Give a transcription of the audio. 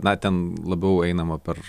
na ten labiau einama per